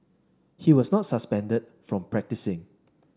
he was not suspended from practising